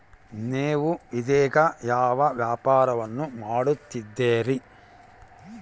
ನೇವು ಇದೇಗ ಯಾವ ವ್ಯಾಪಾರವನ್ನು ಮಾಡುತ್ತಿದ್ದೇರಿ?